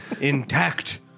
intact